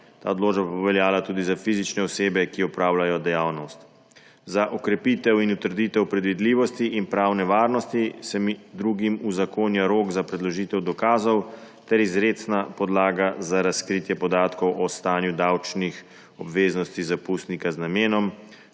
Ta odločba bo veljala tudi za fizične osebe, ki opravljajo dejavnost. Za okrepitev in utrditev predvidljivosti in pravne varnosti se med drugim uzakonja rok za predložitev dokazov ter izrecna podlaga za razkritje podatkov o stanju davčnih obveznosti zapustnika z namenom,